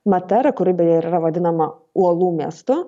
matera kuri beje ir yra vadinama uolų miestu